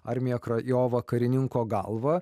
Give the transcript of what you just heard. armija krajova karininko galvą